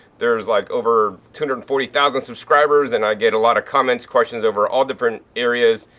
there's like over two hundred and forty thousand subscribers and i get a lot of comments, questions over all different areas.